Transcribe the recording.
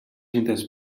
intents